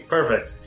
Perfect